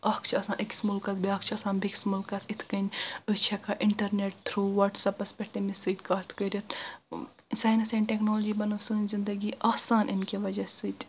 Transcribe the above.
اکھ چھ آسان أکس ملُکس بیاکھ چھ آسان بیٚکس مُلکس یتھ کنۍ أسۍ چھ ہیٚکان انٹرنٹ تھرو وٹٕس اپس پٮ۪ٹھ تٔمس سۭتۍ کتھ کٔرتھ ساینس اینٛڈ ٹیکنالجی بنٲو سانۍ زنٛدگی آسان امہِ کہِ وجہ سۭتۍ